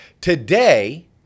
Today